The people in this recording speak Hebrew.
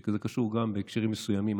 שזה קשור גם בהקשרים מסוימים,